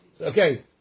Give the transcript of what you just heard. Okay